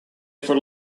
for